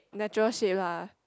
natural shade lah